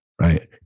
right